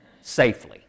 safely